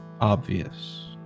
obvious